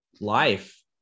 life